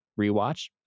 rewatch